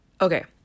Okay